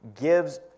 gives